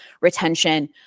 retention